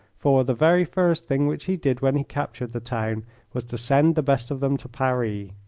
for the very first thing which he did when he captured the town was to send the best of them to paris.